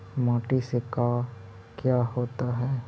माटी से का क्या होता है?